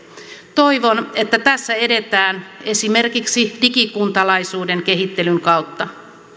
toivon että tässä edetään esimerkiksi digikuntalaisuuden kehittelyn kautta